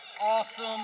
Awesome